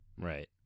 Right